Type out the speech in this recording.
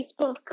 Facebook